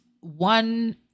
one